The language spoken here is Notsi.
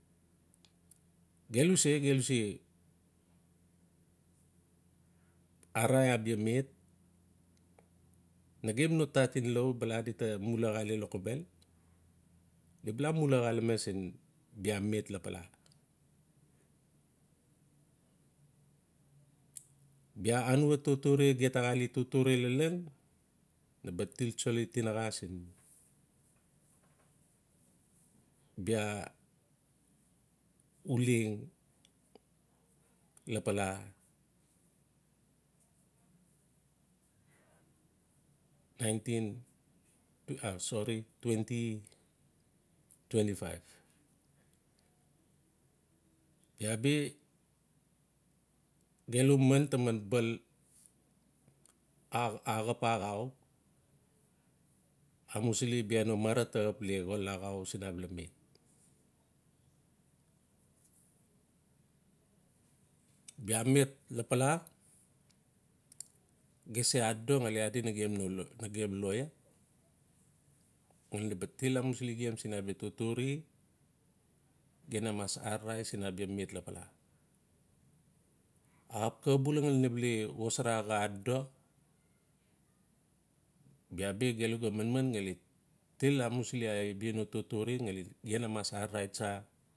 Gelu se-gelu se arari abia met. Nagelu non tat en lau bala di ta mula xa le lokobel. di ba lamula siin bia met lapala. bis anua totore gem ta xaa le totore lalon na ba tiltsoli tinaxa siin bia uleng lapala. nineteen sorry. twenty twenty five. Bia bi gelu man taman bal axap axau. Amusili bia no mara taxap le xol axau siin abala met. Bia met lapala gem se adodo ngalu adi nagem no. nagem lawyer ngali naba tiln amusili gem siin abalatotore. Gem na mas ararai siin abala met lapala. Axap xabula ngali naba le xosara xaa adodo bia bi gelu ga no totore ngali gem na mas ararai tsa.